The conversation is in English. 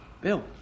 Bill